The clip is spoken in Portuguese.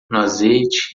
azeite